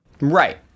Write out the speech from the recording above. Right